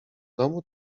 domu